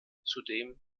zudem